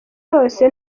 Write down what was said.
yose